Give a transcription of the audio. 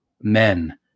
men